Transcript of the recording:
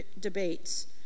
debates